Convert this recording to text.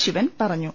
ശിവൻ പറഞ്ഞു